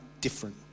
different